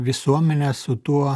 visuomenė su tuo